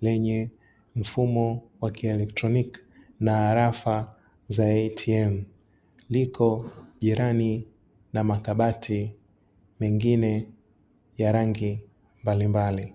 lenye mfumo wa kielektroniki na alafa za "ATM" liko jirani na makabati mengine ya rangi mbalimbali.